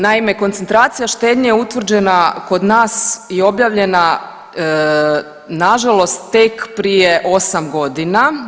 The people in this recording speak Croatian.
Naime, koncentracija štednje je utvrđena kod nas i objavljena nažalost tek prije 8 godina.